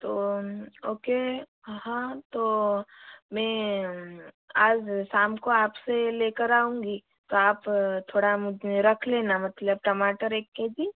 तो ओके हाँ तो मैं आज शाम को आप से ले कर आऊँगी तो आप थोड़ा मुझे रख लेना मतलब टमाटर एक के जी